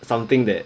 something that